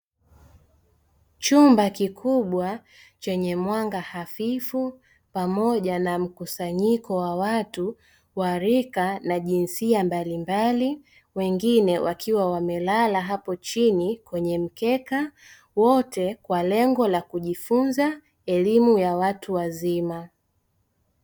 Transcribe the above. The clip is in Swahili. Chumba kikubwa chenye mwanga hafifu pamoja na mkusanyiko wa watu wa rika na jinsia mbalimbali, Wengine wakiwa wamelala hapo chini kwenye mkeka, wote kwa lengo la kujifunza elimu ya watu wazima.